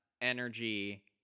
energy